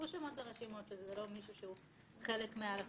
וכן לא יגלה את עובדת קיומו של דיווח משלים כמשמעותו בסעיף 31(ג) לחוק,